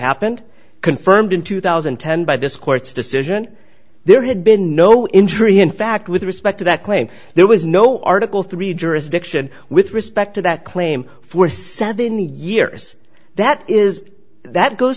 happened confirmed in two thousand and ten by this court's decision there had been no injury in fact with respect to that claim there was no article three jurisdiction with respect to that claim for said in the years that is that it goes